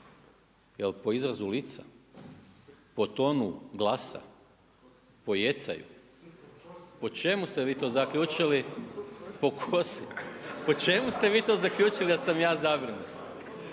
po izrazu lica, po tonu glasa, po jecaju? Po čemu ste vi to zaključili, po kosi? Po čemu ste vi to zaključili da sam ja zabrinut?